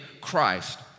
Christ